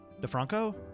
DeFranco